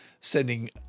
sending